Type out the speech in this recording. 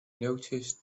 noticed